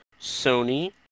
Sony